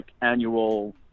annual